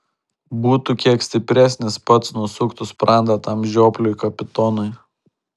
būtų kiek stipresnis pats nusuktų sprandą tam žiopliui kapitonui